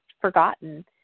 forgotten